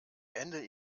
ende